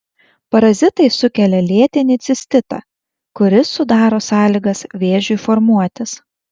parazitai sukelia lėtinį cistitą kuris sudaro sąlygas vėžiui formuotis